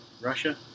Russia